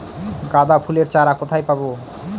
গাঁদা ফুলের চারা কোথায় পাবো?